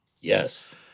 Yes